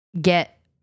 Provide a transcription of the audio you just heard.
get